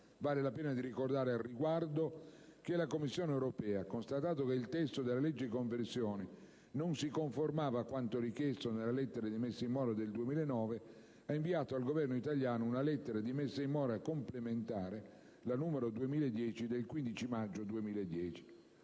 Vale la pena di ricordare al riguardo che la Commissione europea, constatato che il testo della legge di conversione non si conformava a quanto richiesto nella lettera di messa in mora del 2009, ha inviato al Governo italiano una lettera di messa in mora complementare, la n. 2010/2734 del 15 maggio 2010.